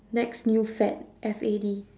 next new fad F A D